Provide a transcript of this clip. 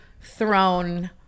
Thrown